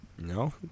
No